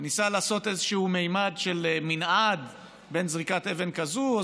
וניסה לעשות איזשהו ממד של מנעד בין זריקת אבן כזאת,